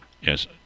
yes